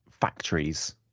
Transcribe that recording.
factories